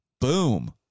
Boom